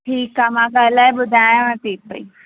ठीकु आहे मां ॻाल्हाए ॿुधायांव थी पई